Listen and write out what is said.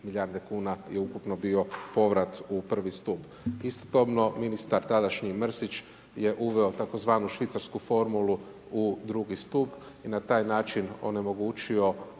milijarde kuna je ukupno bio povrat u I. stup. Istodobno ministar tadašnji Mrsić je uveo tzv. švicarsku formulu u II. stup i na taj način onemogućio